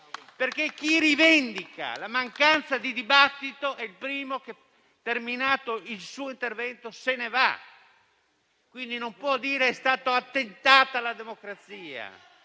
perché chi rivendica la mancanza di dibattito è il primo che, terminato il suo intervento, se ne va. E, quindi, non può dire che è stato un attentato alla democrazia.